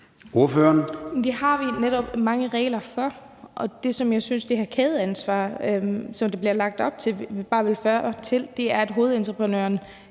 Det har vi netop mange regler for. Det, som jeg synes det her kædeansvar, som der bliver lagt op til, bare vil føre til, er, at hovedentreprenøren